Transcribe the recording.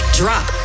drop